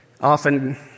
often